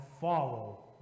follow